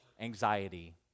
anxiety